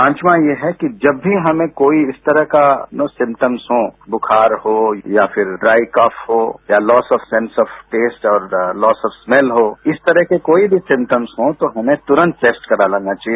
पांचवां ये है कि जब भी हमें कोई इस तरह का न सिम्टम्स हो बुखार हो या फिर ड्राई कफ हो या फिर loss of sense of test और लॉस ऑफ स्मैल हो इस तरह के कोई भी सिमटम्स हों तो हमें तुरन्त टैस्ट करा लेना चाहिए